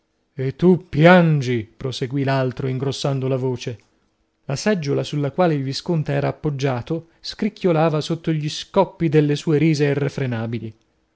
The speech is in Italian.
e tu piangi proseguì l'altro ingrossando la voce la seggiola sulla quale il visconte era appoggiato scricchiolava sotto gli scoppi delle sue